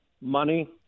money